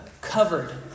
covered